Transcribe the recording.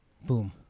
Boom